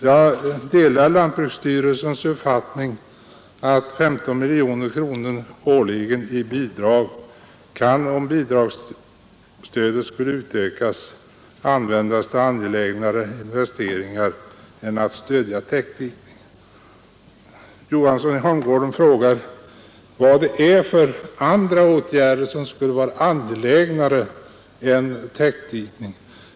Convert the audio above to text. Jag delar lantbruksstyrelsens uppfattning att 15 miljoner kronor årligen i bidrag, om bidragsstödet skulle utökas, kan användas till angelägnare investeringar än att stödja täckdikning. Herr Johansson i Holmgården frågade vad det är för åtgärder som skulle vara angelägnare än täckdikning.